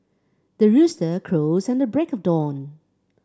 the rooster crows at the break of dawn